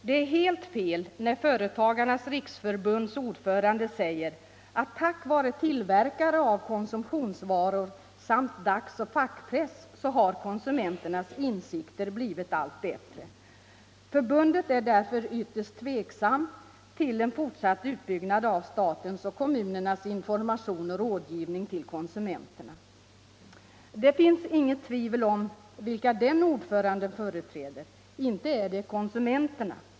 Det är helt fel när Svenska företagares riksförbunds ordförande säger, att tack vare tillverkare av konsumtionsvaror samt dagsoch fackpress har konsumenternas insikter blivit allt bättre och att förbundet därför är ytterst tveksamt inför en fortsatt utbyggnad av statens och kommunernas information och rådgivning till: konsumenterna. Det finns inget tvivel om vilka den ordföranden företräder — inte är det konsumenterna.